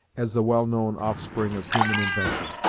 as the well-known offspring of human invention.